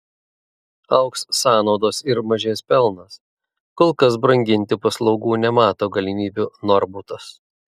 augs sąnaudos ir mažės pelnas kol kas branginti paslaugų nemato galimybių norbutas